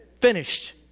finished